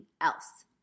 else